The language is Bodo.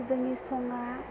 जोंनि सं आ